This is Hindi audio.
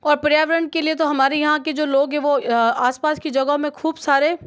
और पर्यावरण के लिए तो हमारे यहाँ के लोग हैं वह आसपास कि जगह में खूब सारे